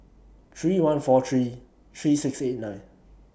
three one four three three six eight nine